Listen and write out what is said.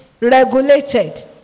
regulated